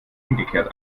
umgekehrt